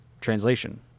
translation